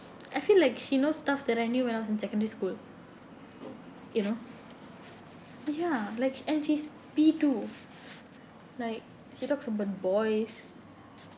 I feel like she knows stuff that I knew when I was in secondary school you know ya like and she's P two like she talks about boys